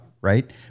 right